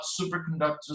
superconductors